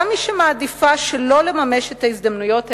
גם מי שמעדיפה שלא לממש את ההזדמנויות האלה,